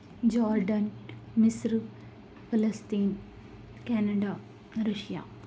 Jordan مصر فلسطین Canada Russia